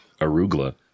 arugula